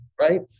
right